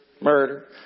murder